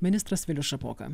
ministras vilius šapoka